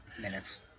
Minutes